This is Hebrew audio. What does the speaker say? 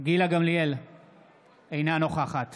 אינה נוכחת